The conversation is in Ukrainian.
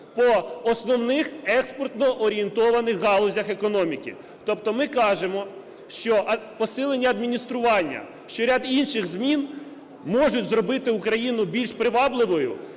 по основних експортно орієнтованих галузях економіки. Тобто ми кажемо, що посилення адміністрування, що ряд інших змін можуть зробити Україну більш привабливою.